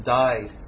died